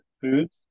foods